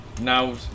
Now